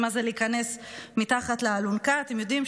מה זה להיכנס מתחת לאלונקה: אתם יודעים,